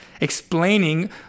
explaining